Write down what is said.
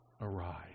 arise